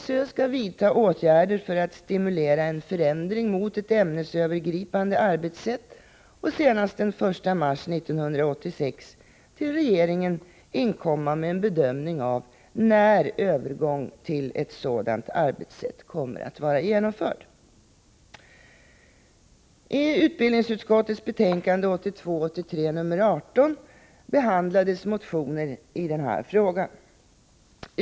SÖ skall vidta åtgärder för att stimulera en förändring mot ett ämnesövergripande arbetssätt och senast den 1 mars 1986 till regeringen inkomma med en bedömning av när övergången till ett sådant arbetssätt kommer att vara genomförd. I utbildningsutskottets betänkande 1982/83:18 behandlades motioner i denna fråga.